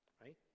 right